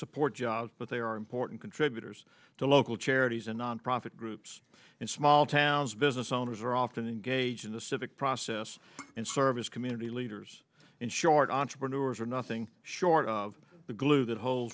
support jobs but they are important contributors to local charities and nonprofit groups and small towns business owners are often engage in the civic process and service community leaders and short entrepreneurs are nothing short of the glue that hol